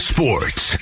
Sports